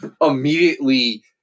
immediately